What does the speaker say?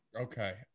Okay